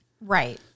Right